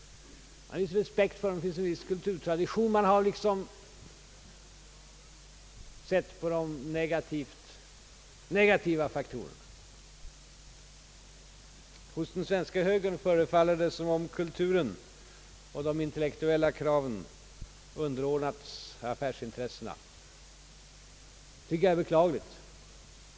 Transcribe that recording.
Man har en viss respekt för den kulturella traditionen, och man har sett de negativa faktorerna. Hos den svenska högern förefaller det som om de kulturella och intellektuella kraven underordnats affärsintressena — och det tycker jag är beklagligt.